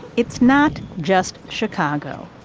it's not just chicago.